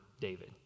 David